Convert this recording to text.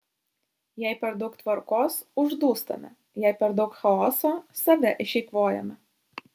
jei per daug tvarkos uždūstame jei per daug chaoso save išeikvojame